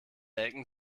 ecken